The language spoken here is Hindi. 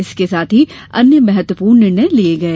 इसके साथ ही अन्य महत्वपूर्ण निर्णय लिये गये